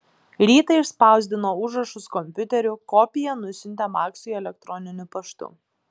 rytą išspausdino užrašus kompiuteriu kopiją nusiuntė maksui elektroniniu paštu